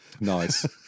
Nice